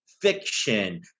Fiction